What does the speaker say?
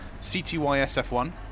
CTYSF1